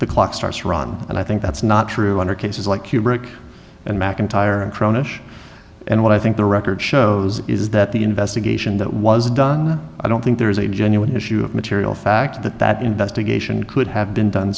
the clock starts run and i think that's not true under cases like kubrick and mcintyre and crown ish and what i think the record shows is that the investigation that was done i don't think there is a genuine issue of material fact that that investigation could have been done